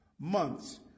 months